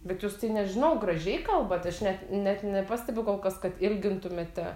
bet jūs tai nežinau gražiai kalbat aš net net nepastebiu kol kas kad ilgintumėte